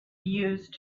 used